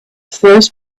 first